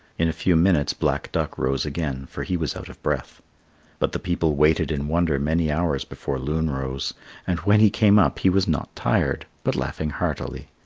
in a few minutes black duck rose again, for he was out of breath but the people waited in wonder many hours before loon rose and when he came up he was not tired, but laughed heartily.